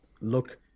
look